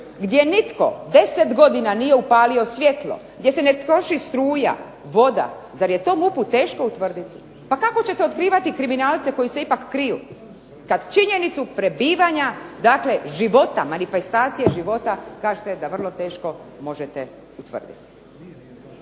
gdje nitko 10 godina nije upalio svjetlo, gdje se ne troši struja, voda, zar je to MUP-u teško utvrditi? Pa kako ćete otkrivati kriminalce koji se ipak kriju kad činjenicu prebivanja, dakle života, manifestacije života, kažete da vrlo teško možete utvrditi?